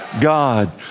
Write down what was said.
God